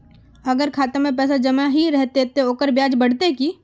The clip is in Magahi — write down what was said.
अगर खाता में पैसा जमा ही रहते ते ओकर ब्याज बढ़ते की?